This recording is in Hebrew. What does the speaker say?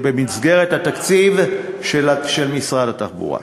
זה במסגרת התקציב של משרד התחבורה.